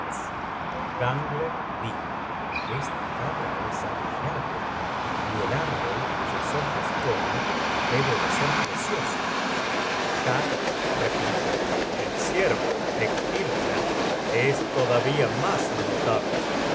gangler dijo esta cabra es admirable y el árbol cuyas hojas come debe de ser precioso har replicó el ciervo ekthyrner es todavía mas notable